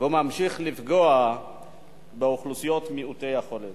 וממשיך לפגוע באוכלוסיות מעוטי היכולת.